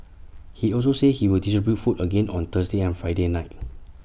he also said he will distribute food again on Thursday and Friday night